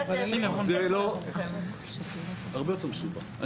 זה הרבה יותר מסובך.